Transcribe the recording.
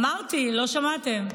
אמרתי, לא שמעתם.